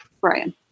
Brian